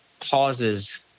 causes